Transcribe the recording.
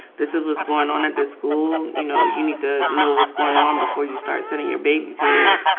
this is what's going on at this school. you know? you need to know what's going on before you start sending your babies here.